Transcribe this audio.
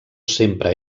sempre